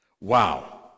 Wow